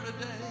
today